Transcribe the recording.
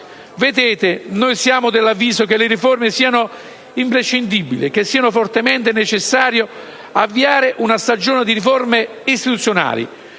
Vedete, noi siamo dell'avviso che le riforme siano imprescindibili e che sia fortemente necessario avviare una stagione di riforme istituzionali